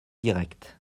direct